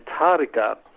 Antarctica